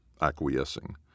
acquiescing